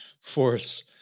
force